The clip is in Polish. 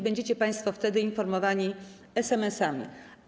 Będziecie państwo wtedy informowani SMS-ami.